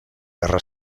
guerra